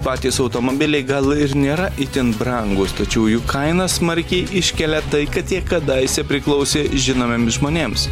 patys automobiliai gal ir nėra itin brangūs tačiau jų kainą smarkiai iškelia tai kad jie kadaise priklausė žinomiem žmonėms